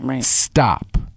Stop